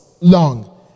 long